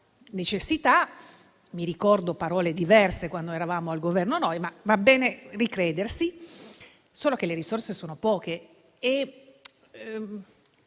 necessità; ricordo parole diverse quando c'eravamo noi al Governo, ma va bene ricredersi. Solo che le risorse sono poche.